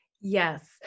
yes